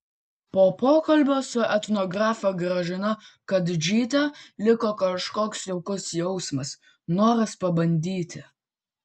po pokalbio su etnografe gražina kadžyte liko kažkoks jaukus jausmas noras pabandyti